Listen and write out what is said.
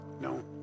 No